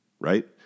right